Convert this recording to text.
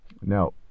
Now